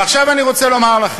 ועכשיו אני רוצה לומר לכם,